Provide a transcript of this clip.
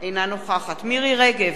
אינה נוכחת מירי רגב,